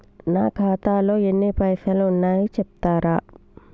నా ఖాతాలో ఎన్ని పైసలు ఉన్నాయి చెప్తరా?